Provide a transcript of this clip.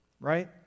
Right